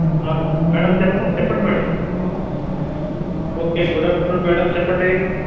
madam చె చెప్పండి madam okay good afternoon madam చెప్పండి